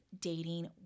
dating